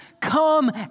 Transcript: come